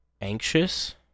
Anxious